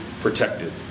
protected